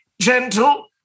gentle